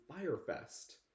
firefest